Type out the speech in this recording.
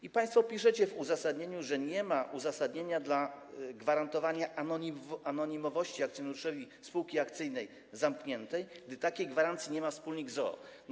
I państwo piszecie w uzasadnieniu, że nie ma uzasadnienia dla gwarantowania anonimowości akcjonariuszowi spółki akcyjnej zamkniętej, gdy takiej gwarancji nie ma wspólnik spółki z o.o.